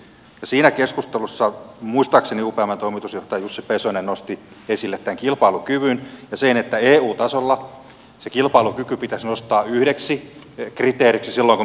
siinä keskustelussa muistaakseni upmn toimitusjohtaja jussi pesonen nosti esille tämän kilpailukyvyn ja sen että eu tasolla se kilpailukyky pitäisi nostaa yhdeksi kriteeriksi silloin kun määritellään direktiivejä